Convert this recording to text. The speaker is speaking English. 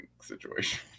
situation